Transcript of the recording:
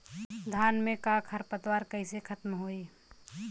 धान में क खर पतवार कईसे खत्म होई?